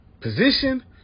position